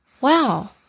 wow